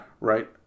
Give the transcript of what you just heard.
Right